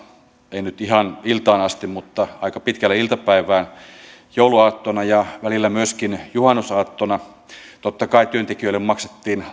ei nyt ihan iltaan asti mutta aika pitkälle iltapäivään ja välillä myöskin juhannusaattona totta kai työntekijöille maksettiin